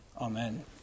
Amen